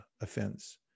offense